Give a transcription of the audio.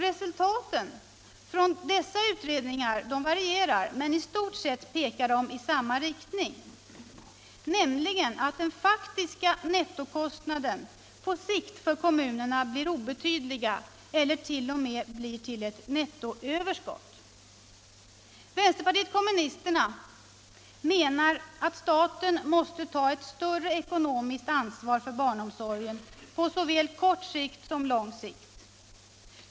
Resultaten från dessa utredningar varierar, men i stort sett pekar de i samma riktning, nämligen att de faktiska nettokostnaderna på sikt för kommunerna blir obetydliga eller t.o.m. blir till ett nettoöverskott. Vänsterpartiet kommunisterna menar att staten måste ta ett större ekonomiskt ansvar för barnomsorgen på såväl kort som lång sikt.